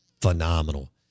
phenomenal